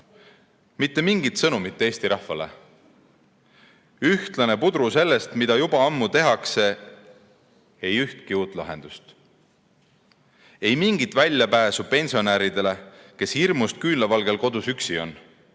Mitte mingit sõnumit Eesti rahvale. Ühtlane pudru sellest, mida juba ammu tehakse, ei ühtki uut lahendust. Ei mingit väljapääsu pensionäridele, kes hirmust küünlavalgel kodus üksi on.